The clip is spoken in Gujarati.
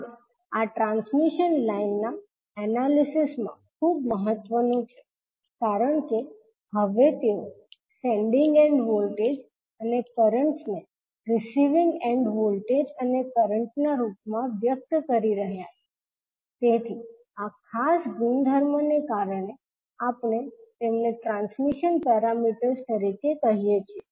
હવે આ ટ્રાન્સમિશન લાઇન ના એનાલિસિસ માં ખૂબ મહત્વનું છે કારણ કે હવે તેઓ સેન્ડીંગ એન્ડ વોલ્ટેજ અને કરન્ટ્સને રીસીવિંગ એન્ડ વોલ્ટેજ અને કરંટના રૂપમાં વ્યક્ત કરી રહ્યા છે તેથી આ ખાસ ગુણધર્મ ને કારણે આપણે તેમને ટ્રાન્સમિશન પેરામીટર્સ તરીકે કહીએ છીએ